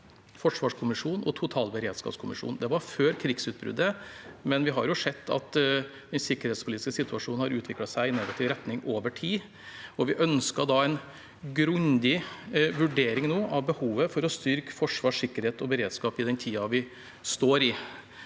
forsvarskommisjonen og totalberedskapskommisjonen. Det var før krigsutbruddet, men vi har jo sett at den sikkerhetspolitiske situasjonen har utviklet seg i negativ retning over tid. Vi ønsket en grundig vurdering av behovet for å styrke forsvar, sikkerhet og beredskap i den tiden vi står i.